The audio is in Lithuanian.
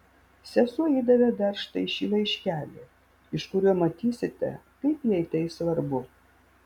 sesuo įdavė dar štai šį laiškelį iš kurio matysite kaip jai tai svarbu